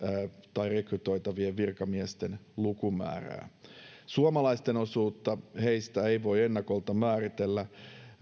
tai rekrytoitavien virkamiesten lukumäärää suomalaisten osuutta heistä ei voi ennakolta määritellä